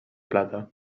plata